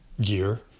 gear